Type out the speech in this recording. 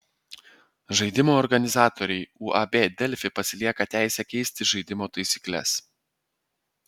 žaidimo organizatoriai uab delfi pasilieka teisę keisti žaidimo taisykles